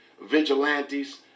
vigilantes